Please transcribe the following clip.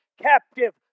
captive